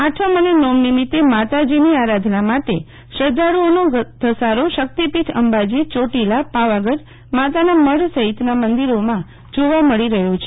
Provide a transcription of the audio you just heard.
આઠમ અને નોમ નિમિતે માતાજીની આરાધના માંટે શ્રદ્વાળુઓનો ધસારો શક્તિપીઠ અંબાજીચોટીલાપાવાગઢમાંતાનામઢ સહિતના મંદિરોમાં જોવા મળી રહ્યા છે